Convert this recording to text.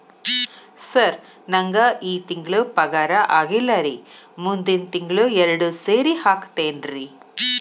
sir ನಂಗ ಈ ತಿಂಗಳು ಪಗಾರ ಆಗಿಲ್ಲಾರಿ ಮುಂದಿನ ತಿಂಗಳು ಎರಡು ಸೇರಿ ಹಾಕತೇನ್ರಿ